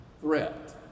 threat